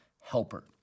helper